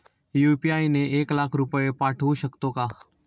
UPI ने एक लाख रुपये पाठवू शकतो का?